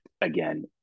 again